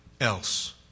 else